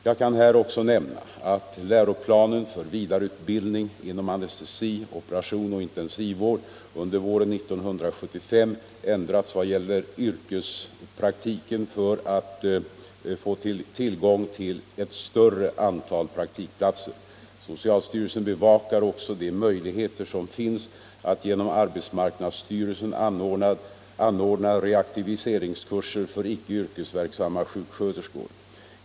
Jag kan här också nämna att läroplanen för vida ändrats i vad gäller yrkespraktiken för att få tillgång till ett större antal praktikplatser. Socialstyrelsen bevakar också de möjligheter som finns yrkesverksamma sjuksköterskor.